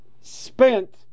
spent